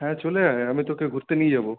হ্যাঁ চলে আয় আমি তোকে ঘুরতে নিয়ে যাবো